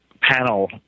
panel